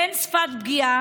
בין שפת הפגיעה